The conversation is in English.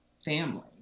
family